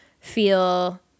feel